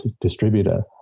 distributor